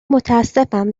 متاسفم